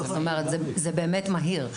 זה באמת מהיר.